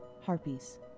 Harpies